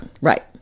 Right